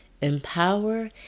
empower